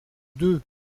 deux